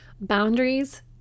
Boundaries